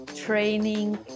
training